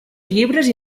llibres